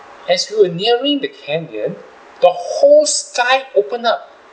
as we were nearing the canyon the whole sky opened up